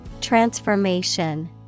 Transformation